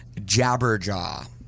Jabberjaw